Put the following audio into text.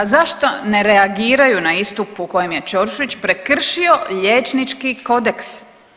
Zašto ne reagiraju na istup u kojem je Ćorušić prekršio liječnički kodeks?